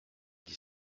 dix